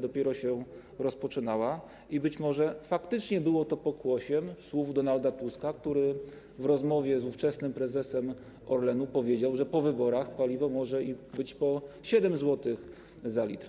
dopiero się rozpoczynała i być może faktycznie było to pokłosie słów Donalda Tuska, który w rozmowie z ówczesnym prezesem Orlenu powiedział, że po wyborach paliwo może być i po 7 zł za 1 l.